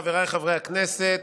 חבריי חברי הכנסת,